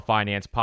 Finance